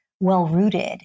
well-rooted